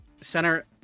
center